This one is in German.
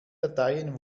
dateien